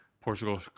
Portugal